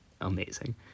amazing